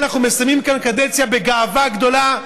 אנחנו מסיימים כאן קדנציה בגאווה גדולה,